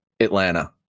Atlanta